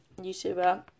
YouTuber